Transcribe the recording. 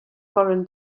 foreign